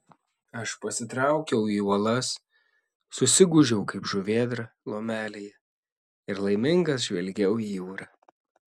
aš pasitraukiau į uolas susigūžiau kaip žuvėdra lomelėje ir laimingas žvelgiau į jūrą